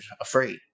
afraid